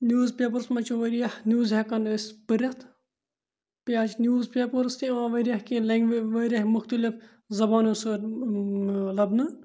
news papers منٛز چھِ واریاہ نِوٕز ہٮ۪کان أسۍ پٔرِتھ بیٚیہِ حظ چھِ نِوٕز پیپٲرٕس تہِ یِوان واریاہ کینٛہہ لینٛگویج واریاہ مختلف زَبانو سۭتۍ لَبنہٕ